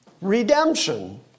redemption